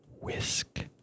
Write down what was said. whisk